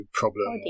problem